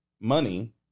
money